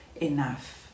enough